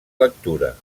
lectura